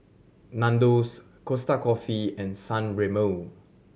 Nandos Costa Coffee and San Remo